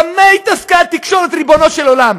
במה התעסקה התקשורת, ריבונו של העולם?